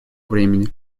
времени